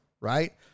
right